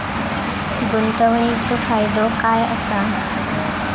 गुंतवणीचो फायदो काय असा?